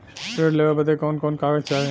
ऋण लेवे बदे कवन कवन कागज चाही?